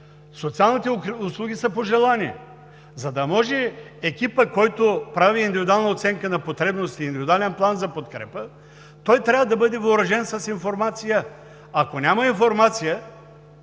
Социалните услуги са по желание. За да може екипът, който прави индивидуална оценка на потребностите, индивидуален план за подкрепа, той трябва да бъде въоръжен с информация. Ако няма информация,